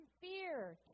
fear